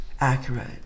accurate